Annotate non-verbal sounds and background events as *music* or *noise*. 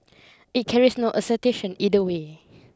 it carries no *unintelligible* either way